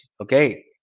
Okay